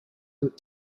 and